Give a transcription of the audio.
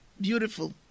beautiful